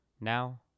Now